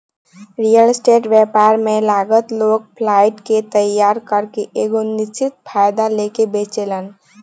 real estate व्यापार में लागल लोग फ्लाइट के तइयार करके एगो निश्चित फायदा लेके बेचेलेन